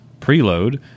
Preload